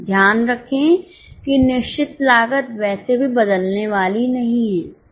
ध्यान रखें कि निश्चित लागत वैसे भी बदलने वाली नहीं है